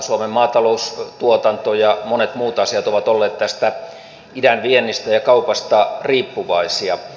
suomen maataloustuotanto ja monet muut asiat ovat olleet tästä idänviennistä ja kaupasta riippuvaisia